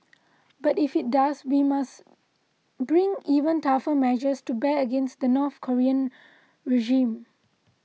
but if it does we must bring even tougher measures to bear against the North Korean regime